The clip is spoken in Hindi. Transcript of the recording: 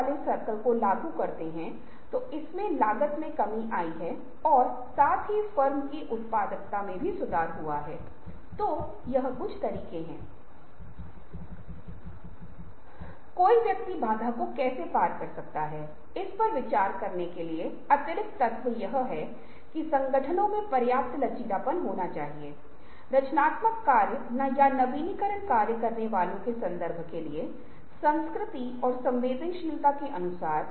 क्लास रूम के बाहर भी स्टूडेंट लर्निंग ले सकते हैं छात्रों का सीखना मज़ेदार हो सकता हैं आपके पास गेम हो सकते हैं स्टूडेंट्स सीखने के लिए विशिष्ट रास्तों का पालन कर सकते हैं आप पाथवे को चिह्नित कर सकते हैं और इसे लिंक कर सकते हैं कि लर्निंग की प्रक्रिया कैसे होती है आप भी निश्चित कर सकते हैं वे क्या कर सकते हैं या नहीं पर प्रतिबंध कर सकते है ये सीखने की पूरी प्रक्रिया को नियंत्रित करने वाले कुछ नियम है